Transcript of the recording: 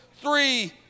three